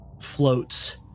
floats